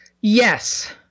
Yes